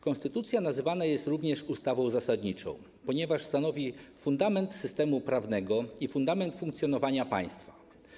Konstytucja nazywana jest również ustawą zasadniczą, ponieważ stanowi fundament systemu prawnego i fundament funkcjonowania państwa.